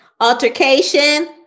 altercation